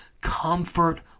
comfort